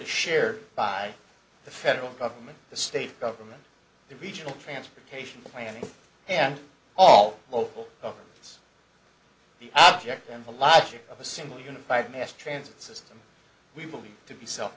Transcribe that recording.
share by the federal government the state government the regional transportation planning and all local it's the object and the logic of a single unified mass transit system we believe to be self